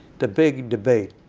the big debate,